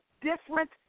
different